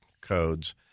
Codes